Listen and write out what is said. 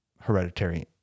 hereditary